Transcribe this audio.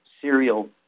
Serial